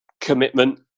commitment